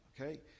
okay